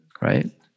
Right